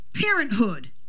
parenthood